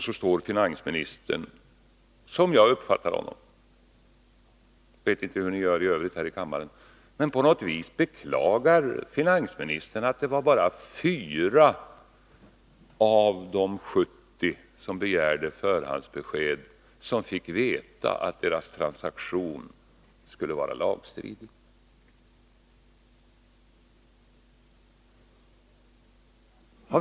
Så står finansministern här — såsom jag uppfattade honom; jag vet inte hur ni gör i övrigt här i kammaren — och beklagar att bara 4 av de 70 personer som begärde förhandsbesked fick veta att deras transaktioner var lagstridiga.